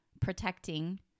protecting